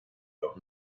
los